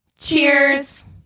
Cheers